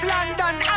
London